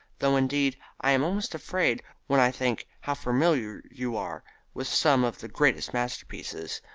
though, indeed, i am almost afraid when i think how familiar you are with some of the greatest masterpieces.